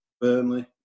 Burnley